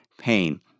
pain